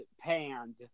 Panned